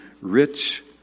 rich